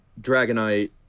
Dragonite